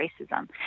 racism